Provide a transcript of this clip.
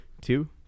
Two